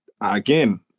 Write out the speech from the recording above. again